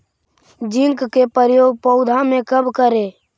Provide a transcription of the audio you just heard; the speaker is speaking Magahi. जिंक के प्रयोग पौधा मे कब करे?